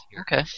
okay